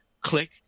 click